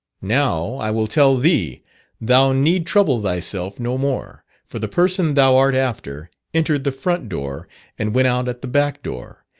now i will tell thee thou need trouble thyself no more, for the person thou art after entered the front door and went out at the back door,